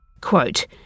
Quote